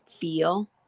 feel